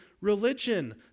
religion